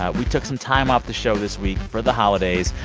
ah we took some time off the show this week for the holidays.